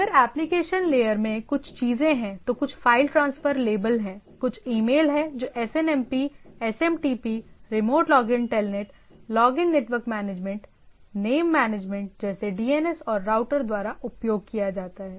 अगर application layer में कुछ चीजें हैं तो कुछ फाइल ट्रांसफर लेबल हैं कुछ ईमेल हैं जो SNMP SMTP remote login telnet login network management name management जैसे DNS और राउटर द्वारा उपयोग किया जाता है